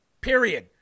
Period